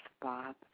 Bob